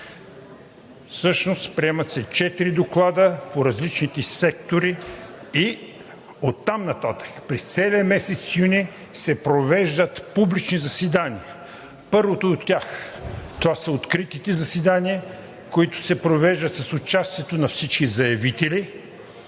Всъщност приемат се четири доклада по различните сектори и оттам нататък през целия месец юни се провеждат публични заседания. Първото от тях – това са откритите заседания, които се провеждат с участието на всички заявители,